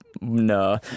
No